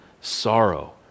sorrow